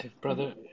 Brother